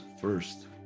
first